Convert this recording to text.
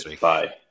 Bye